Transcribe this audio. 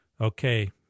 Okay